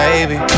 Baby